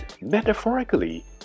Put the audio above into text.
metaphorically